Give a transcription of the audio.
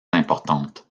importante